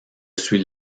suis